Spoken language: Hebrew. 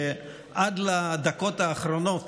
שעד הדקות האחרונות